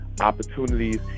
opportunities